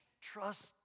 trust